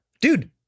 Dude